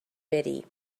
بری